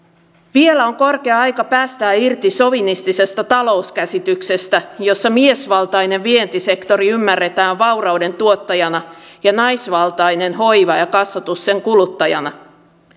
vielä on korkea aika päästää irti sovinistisesta talouskäsityksestä jossa miesvaltainen vientisektori ymmärretään vaurauden tuottajana ja naisvaltainen hoiva ja ja kasvatus sen kuluttajana